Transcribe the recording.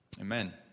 Amen